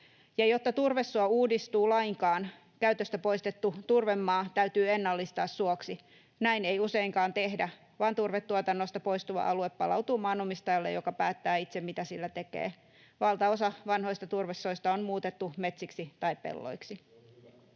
Ja jotta turvesuo uudistuu lainkaan, käytöstä poistettu turvemaa täytyy ennallistaa suoksi. Näin ei useinkaan tehdä, vaan turvetuotannosta poistuva alue palautuu maanomistajalle, joka päättää itse, mitä sillä tekee. Valtaosa vanhoista turvesoista on muutettu metsiksi tai pelloiksi.